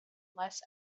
less